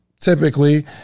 Typically